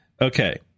Okay